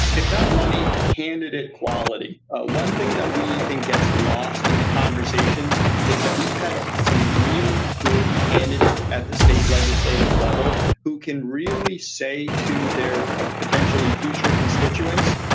if not money candidate quality. ah one one thing that we think gets lost in the conversations is that we've had some really good candidates at the state legislative level who can really say to their potentially future constituents,